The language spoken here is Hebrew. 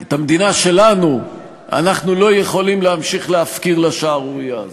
את המדינה שלנו אנחנו לא יכולים להמשיך להפקיר לשערורייה הזאת.